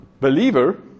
Believer